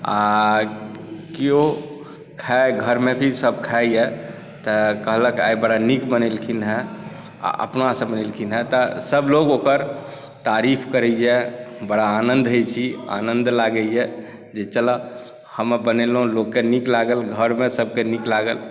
आ किओ खाइ घरमे भी सभ खाइए तऽ कहलक आइ बड़ा नीक बनेलखिन हेँ आ अपनासँ बनेलखिन हेँ तऽ सभलोग ओकर तारीफ करैए बड़ा आनन्द होइत छी आनन्द लागैए जे चलह हम बनेलहुँ लोककेँ नीक लागल घरमे सभकेँ नीक लागल